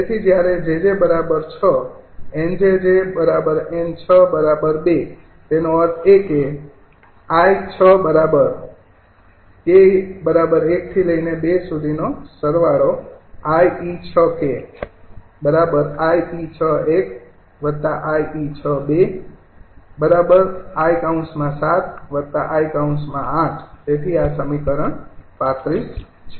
તેથી જ્યારે 𝑗𝑗૬ 𝑁𝑗𝑗𝑁૬૨ તેનો અર્થ એ કે 𝑖𝑒૬૧𝑖𝑒૬૨𝑖૭𝑖૮ તેથી આ સમીકરણ 35 છે